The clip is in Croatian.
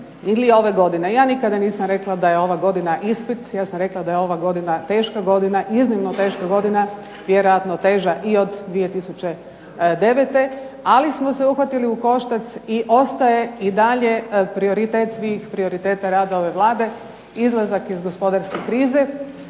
ja nikada nisam rekla da je ova godina ispit. Ja sam rekla da je ova godina teška godina, iznimno teška godina, vjerojatno teža i od 2009. Ali smo se uhvatili u koštac i ostaje i dalje prioritet svih prioriteta rada ove Vlade izlazak iz gospodarske krize.